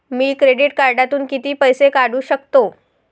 मी credit कार्डातून किती पैसे काढू शकतो?